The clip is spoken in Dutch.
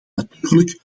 natuurlijk